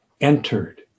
entered